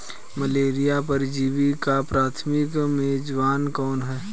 Malaria परजीवी का प्राथमिक मेजबान कौन है?